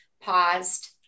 paused